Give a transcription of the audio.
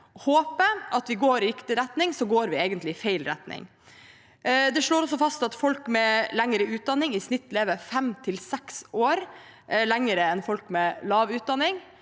håper at vi går i riktig retning, går vi egentlig i feil retning. Meldingen slår også fast at folk med lengre utdanning i snitt lever fem til seks år lenger enn folk med lav utdanning.